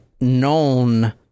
known